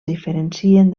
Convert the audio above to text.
diferencien